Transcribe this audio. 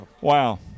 Wow